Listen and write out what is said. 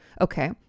Okay